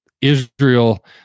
Israel